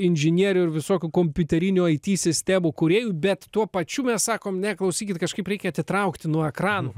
inžinierių ir visokių kompiuterinių it sistemų kūrėjų bet tuo pačiu mes sakom ne klausykit kažkaip reikia atitraukti nuo ekranų